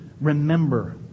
remember